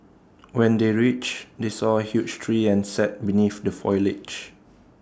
when they reached they saw A huge tree and sat beneath the foliage